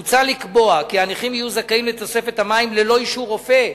מוצע לקבוע כי הנכים יהיו זכאים לתוספת המים ללא אישור רופא.